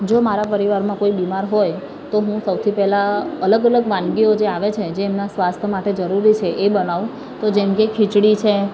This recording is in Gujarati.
જો મારા પરિવારમાં કોઈ બીમાર હોય તો હું સૌથી પહેલાં અલગ અલગ વાનગીઓ જે આવે છે જે એમના સ્વાસ્થ્ય માટે જરૂરી છે એ બનાવું તો જેમ કે ખીચડી છે